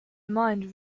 mind